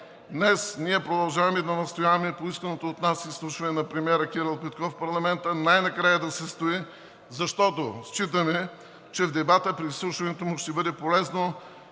Днес ние продължаваме да настояваме поисканото от нас изслушване на премиера Кирил Петков в парламента най-накрая да се състои, защото считаме, че в дебата при изслушването му ще бъде полезно